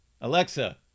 Alexa